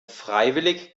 freiwillig